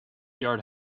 yard